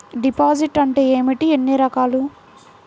Deposit అంటే ఏమిటీ ఎన్ని రకాలు?